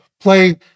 play